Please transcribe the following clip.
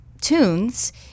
tunes